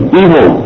evil